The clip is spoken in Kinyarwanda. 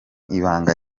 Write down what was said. ibanga